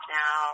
now